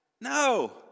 No